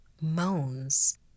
moans